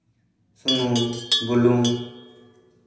ᱥᱩᱱᱩᱢ ᱵᱩᱞᱩᱝ